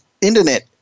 internet